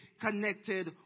connected